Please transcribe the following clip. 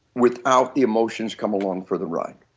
without the emotions coming along for the ride.